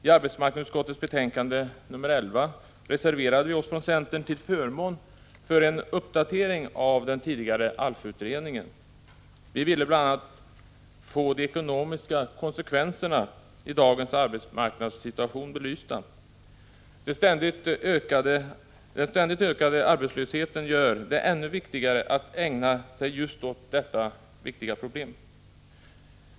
I arbetsmarknadsutskottets betänkande 11 reserverade vi oss från centern till förmån för en uppdatering av den tidigare ALF utredningen. Vi ville bl.a. få de ekonomiska konsekvenserna i dagens arbetsmarknadssituation belysta. Den ständigt ökande arbetslösheten gör det ännu viktigare att ägna sig just åt detta problem.